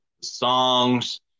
songs